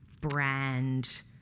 brand